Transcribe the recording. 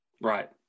Right